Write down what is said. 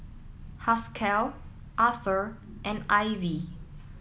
Haskell Arthur and Ivie